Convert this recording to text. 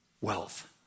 wealth